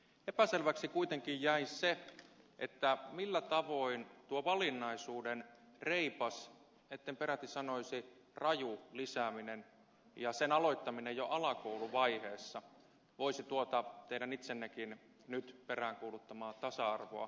epäselväksi kuitenkin jäi se millä tavoin tuo valinnaisuuden reipas etten peräti sanoisi raju lisääminen ja sen aloittaminen jo alakouluvaiheessa voisi tuota teidän itsennekin nyt peräänkuuluttamaa tasa arvoa lisätä